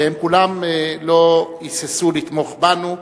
והם כולם לא היססו לתמוך בנו,